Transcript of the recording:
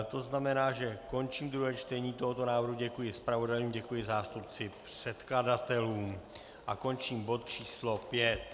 To znamená, že končím druhé čtení tohoto návrhu, děkuji zpravodajům, děkuji zástupci předkladatelů a končím bod číslo 5.